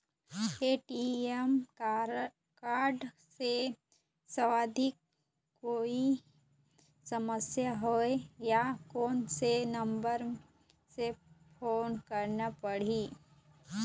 ATM card से संबंधित कोई समस्या होय ले, कोन से नंबर से फोन करना पढ़ही?